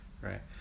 right